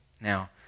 Now